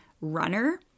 runner